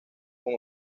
con